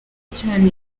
cyane